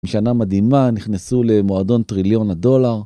משנה מדהימה נכנסו למועדון טריליון הדולר.